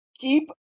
keep